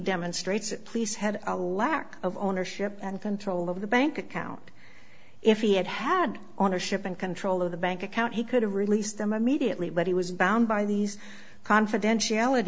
demonstrates that police had a lack of ownership and control of the bank account if he had had on a ship in control of the bank account he could have released them immediately but he was bound by these confidentiality